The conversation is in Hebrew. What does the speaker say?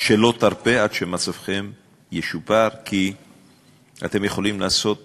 שלא תרפה עד שמצבכם ישופר, כי אתם יכולים לעשות